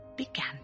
began